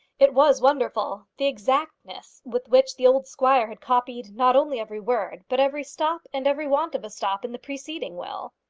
it was wonderful the exactness with which the old squire had copied, not only every word, but every stop and every want of a stop in the preceding will.